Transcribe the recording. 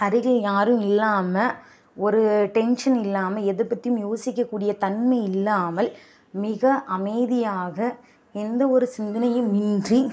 அருகில் யாரும் இல்லாமல் ஒரு டென்ஷன் இல்லாமல் எதை பற்றியும் யோசிக்கக்கூடிய தன்மை இல்லாமல் மிக அமைதியாக எந்த ஒரு சிந்தனையும் இன்றி